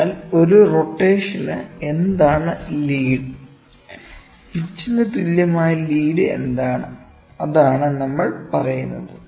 അതിനാൽ ഒരു റൊട്ടേഷന് എന്താണ് ലീഡ് പിച്ചിന് തുല്യമായ ലീഡ് എന്താണ് അതാണ് നമ്മൾ പറയുന്നത്